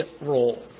role